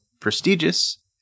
prestigious